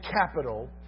capital